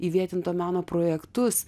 įvietinto meno projektus